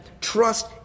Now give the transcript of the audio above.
trust